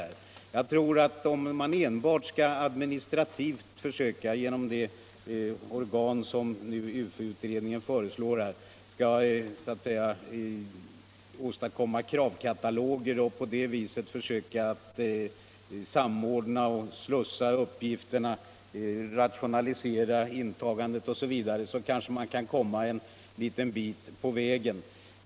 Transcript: Om 133 man administrativt — genom det organ som utredningen om företagens uppgiftsplikt föreslår — försöker åstadkomma kravkataloger för att på det viset samordna och granska uppgifterna, rationalisera inhämtandet osv., kan man kanske komma en liten bit på vägen.